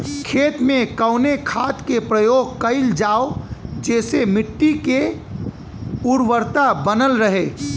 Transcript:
खेत में कवने खाद्य के प्रयोग कइल जाव जेसे मिट्टी के उर्वरता बनल रहे?